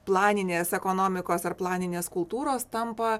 planinės ekonomikos ar planinės kultūros tampa